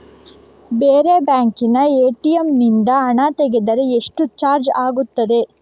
ಬೇರೆ ಬ್ಯಾಂಕಿನ ಎ.ಟಿ.ಎಂ ನಿಂದ ಹಣ ತೆಗೆದರೆ ಎಷ್ಟು ಚಾರ್ಜ್ ಆಗುತ್ತದೆ?